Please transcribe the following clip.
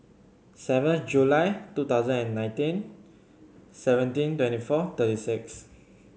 seventh July two thousand and nineteen seventeen twenty four thirty six